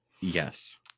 Yes